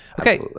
Okay